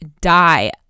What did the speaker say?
die